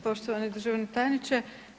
Poštovani državni tajniče.